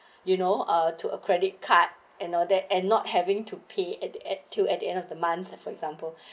you know uh to a credit card and all that and not having to pay at at two at the end of the month for example